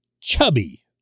chubby